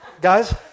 Guys